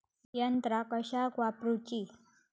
यंत्रा कशाक वापुरूची?